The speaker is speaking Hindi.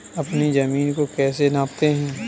अपनी जमीन को कैसे नापते हैं?